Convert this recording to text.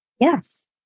Yes